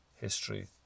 history